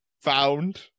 Found